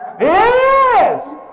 Yes